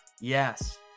Yes